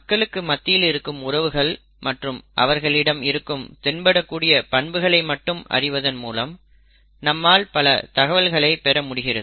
மக்களுக்கு மத்தியில் இருக்கும் உறவுகள் மற்றும் அவர்களிடம் இருக்கும் தென்படக்கூடிய பண்புகளை மட்டும் அறிவதன் மூலம் நம்மால் பல தகவல்களை பெற முடிகிறது